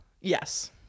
Yes